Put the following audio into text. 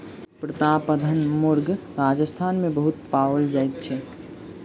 प्रतापधन मुर्ग राजस्थान मे बहुत पाओल जाइत छै